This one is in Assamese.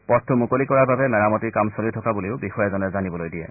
পথটো মুকলি কৰাৰ বাবে মেৰামতিৰ কাম চলি থকা বুলিও বিষয়াজনে জানিবলৈ দিয়ে